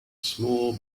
small